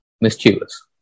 mischievous